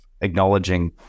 acknowledging